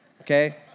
Okay